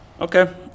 Okay